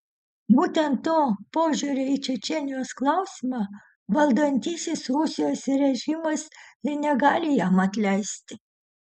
būtent to požiūrio į čečėnijos klausimą valdantysis rusijos režimas ir negali jam atleisti